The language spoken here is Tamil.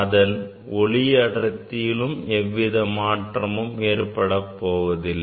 அதன் ஒளி அடர்த்தியிலும் எவ்வித மாற்றமும் ஏற்படுவதில்லை